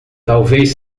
talvez